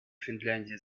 финляндии